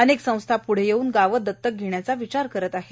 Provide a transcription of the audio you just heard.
अनेक संस्था पुढे येऊन गावं दत्तक घेण्याचा विचार करत आहेत